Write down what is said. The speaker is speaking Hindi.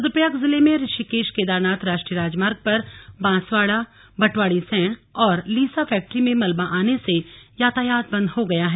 रुद्रप्रयाग जिले में ऋषिकेश केदारनाथ राष्ट्रीय राजमार्ग पर बांसवाड़ा भटवाड़ीसेंण और लीसा फैक्टरी में मलबा आने से यातायात बंद हो गया है